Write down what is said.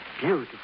Beautiful